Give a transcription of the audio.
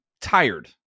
tired